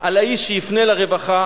על האיש שיפנה לרווחה,